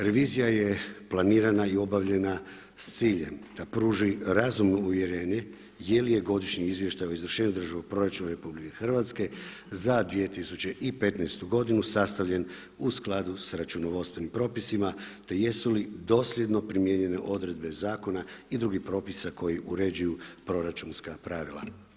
Revizija je planirana i obavljena s ciljem da pruži razumno uvjerenje je li je godišnji izvještaj o izvršenju državnog proračuna RH za 2015. godinu sastavljen u skladu sa računovodstvenim propisima te jesu dosljedno primijenjene odredbe zakona i drugih propisa koji uređuju proračunska pravila.